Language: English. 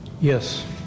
Yes